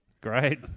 Great